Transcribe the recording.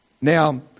Now